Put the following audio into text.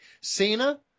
Cena